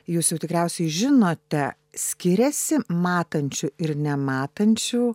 jūs jau tikriausiai žinote skiriasi matančių ir nematančių